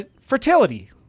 fertility